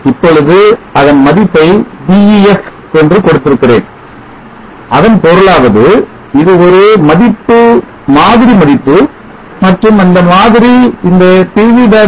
இப்பொழுது அதன் மதிப்பை Def வென்று கொடுத்திருக்கிறேன் அதன் பொருளாவது இது ஒரு மாதிரி மதிப்பு மற்றும் அந்த மாதிரி இந்த pv